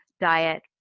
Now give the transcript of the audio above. diet